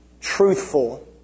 truthful